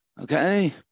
okay